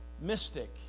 mystic